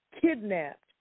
kidnapped